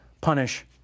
punish